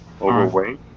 overweight